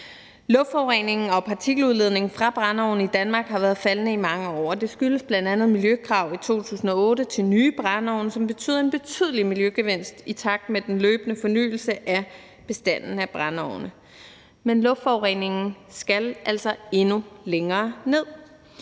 Luftforureningen og partikeludledningen fra brændeovne i Danmark har været faldende i mange år, og det skyldes bl.a. miljøkrav i 2008 til nye brændeovne, som betyder en betydelig miljøgevinst i takt med den løbende fornyelse af bestanden af brændeovne. Men luftforureningen skal altså endnu længere ned.